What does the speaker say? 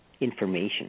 information